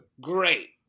Great